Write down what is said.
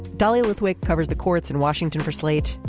dahlia lithwick covers the courts in washington for slate.